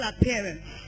appearance